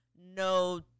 no